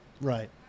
Right